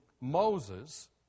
Moses